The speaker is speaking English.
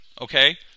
Okay